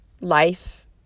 life